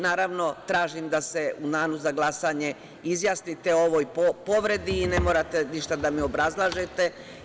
Naravno, tražim da se u danu za glasanje izjasnite o ovoj povredi i ne morate ništa da mi obrazlažete.